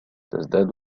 تزداد